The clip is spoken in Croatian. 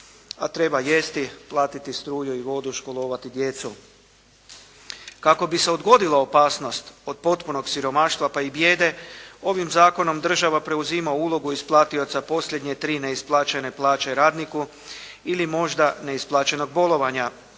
a treba jesti, platiti struju i vodu, školovati djecu. Kako bi se odgodila opasnost od potpunog siromaštva pa i bijede ovim zakonom država preuzima ulogu isplatioca posljednje tri neisplaćene plaće radniku ili možda neisplaćenog bolovanja